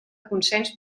consens